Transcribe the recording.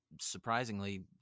surprisingly